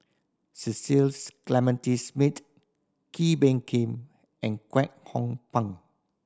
Cecil Clementi Smith Kee Bee Khim and Kwek Hong Png